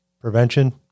prevention